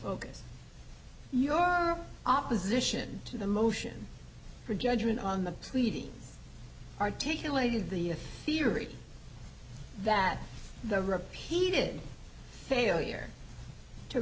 focus your opposition to the motion for judgment on the pleadings articulated the theory that the repeated failure to